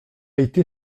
été